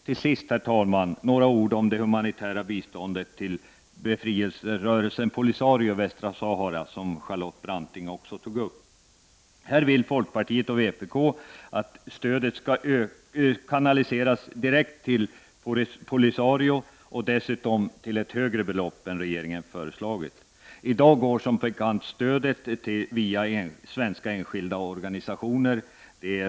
Till sist, herr talman, några ord om det humanitära biståndet till befrielserörelsen Polisario i västra Sahara, en fråga som också Charlotte Branting tog upp. Här vill folkpartiet och vpk att stödet skall kanaliseras direkt till Polisario. Dessutom önskar man ett högre belopp än det som regeringen har föreslagit. I dag går som bekant stödet via svenska enskilda organisationer.